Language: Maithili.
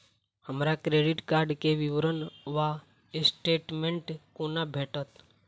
हमरा क्रेडिट कार्ड केँ विवरण वा स्टेटमेंट कोना भेटत?